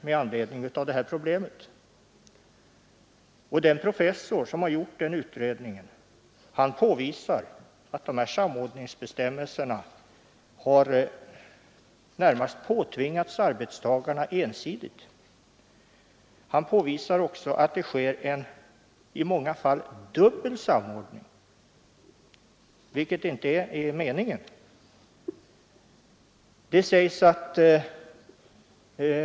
Den professor som har gjort denna utredning påvisar att dessa samordningsbestämmelser närmast har påtvingats arbetstagarna ensidigt. Han påvisar också att det i många fall sker en dubbel samordning, vilket inte är meningen.